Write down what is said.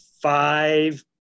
Five